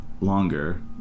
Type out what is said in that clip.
longer